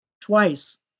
twice